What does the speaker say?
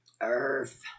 Earth